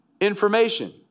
information